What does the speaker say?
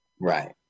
Right